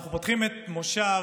אנחנו פותחים את מושב